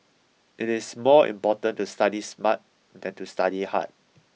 it is more important to study smart than to study hard